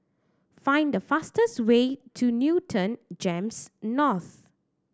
find the fastest way to Newton GEMS North